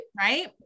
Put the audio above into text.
Right